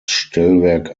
stellwerk